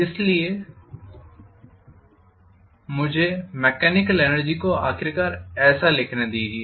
इसलिए मुझे mechanical energy को आखिरकार ऐसे लिखना चाहिए